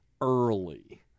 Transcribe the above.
early